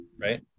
right